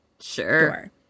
Sure